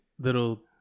little